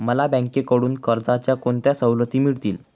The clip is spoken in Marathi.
मला बँकेकडून कर्जाच्या कोणत्या सवलती मिळतील?